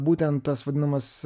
būtent tas vadinamas